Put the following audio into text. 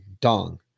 Dong